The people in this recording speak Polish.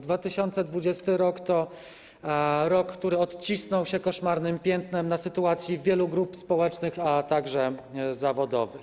2020 r. to rok, który odcisnął się koszmarnym piętnem na sytuacji wielu grup społecznych, a także zawodowych.